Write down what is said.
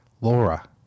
Laura